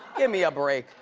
gimme a break.